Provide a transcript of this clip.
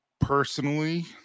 personally